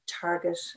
target